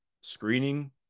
screening